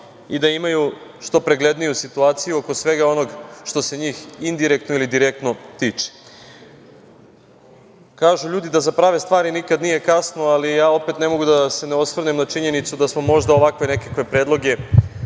i da imaju što pregledniju situaciju oko svega onoga što se njih indirektno ili direktno tiče. Kažu ljudi da za prave ljudi nikad nije kasno, ali ja opet ne mogu a da se ne osvrnem na činjenicu da smo možda ovakve nekakve predloge